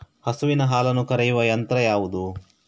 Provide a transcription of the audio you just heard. ಹಸುವಿನ ಹಾಲನ್ನು ಕರೆಯುವ ಯಂತ್ರ ಯಾವುದು?